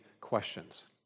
questions